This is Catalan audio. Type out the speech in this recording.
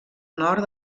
nord